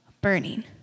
burning